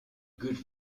good